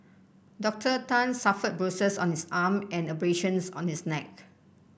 Doctor Tan suffered bruises on his arm and abrasions on his neck